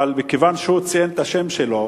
אבל מכיוון שהוא ציין את השם שלו,